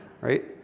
right